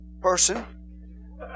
person